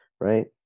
right